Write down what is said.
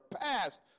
passed